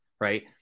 right